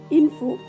info